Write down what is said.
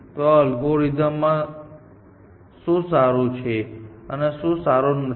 તો આ અલ્ગોરિધમ માં શું સારું છે અને શું સારું નથી